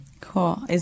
Cool